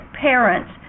Parents